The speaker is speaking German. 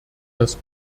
dass